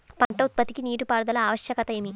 పంట ఉత్పత్తికి నీటిపారుదల ఆవశ్యకత ఏమి?